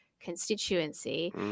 constituency